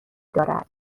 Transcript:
دارد